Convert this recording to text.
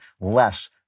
less